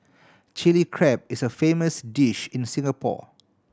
Chilli Crab is a famous dish in Singapore